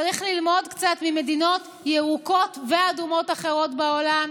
צריך ללמוד קצת ממדינות ירוקות ואדומות אחרות בעולם,